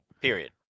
Period